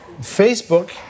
Facebook